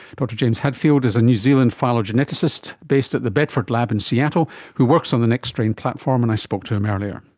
dr james hadfield is a new zealand phylogeneticist based at the bedford lab in seattle who works on the nextstrain platform, and i spoke to him earlier.